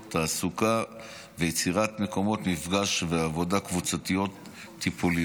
תעסוקה ויצירת מקומות מפגש ועבודה קבוצתית טיפולית.